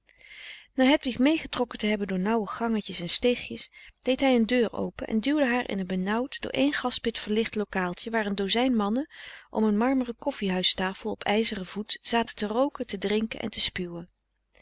na hedwig meegetrokken te hebben door nauwe gangetjes en steegjes deed hij een deur open en duwde haar in een benauwd door één gaspit verlicht lokaaltje waar een dozijn mannen om een marmeren koffiehuistafel op ijzeren voet zaten te rooken te drinken en te spuwen